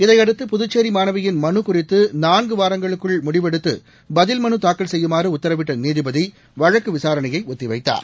இதையடுத்து புதுச்சேரி மாணவியின் மனு குறித்து நான்கு வாரங்களுக்கு முடிவெடுத்து பதில் மனு தாக்கல் செய்யுமாறு உத்தரவிட்ட நீதிபதி வழக்கு விசாரணையை ஒத்திவைத்தார்